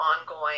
ongoing